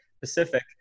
Pacific